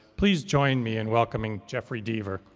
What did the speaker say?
please join me in welcoming jeffery deaver.